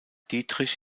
dietrich